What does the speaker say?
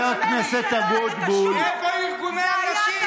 דבר שני, איפה ארגוני הנשים?